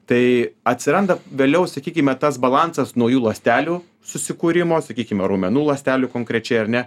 tai atsiranda vėliau sakykime tas balansas naujų ląstelių susikūrimo sakykime raumenų ląstelių konkrečiai ar ne